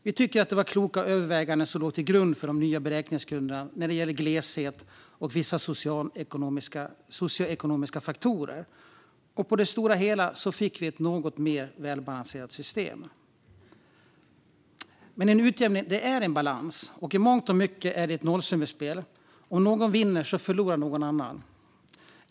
Vi tycker att det var kloka överväganden som låg till grund för de nya beräkningsgrunderna när det gäller gleshet och vissa socioekonomiska faktorer. På det stora hela fick vi ett något mer välbalanserat system. Men en utjämning handlar om balans, och i mångt och mycket är det ett nollsummespel; om någon vinner förlorar någon annan.